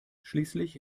schließlich